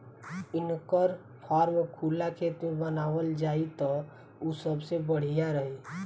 इनकर फार्म खुला खेत में बनावल जाई त उ सबसे बढ़िया रही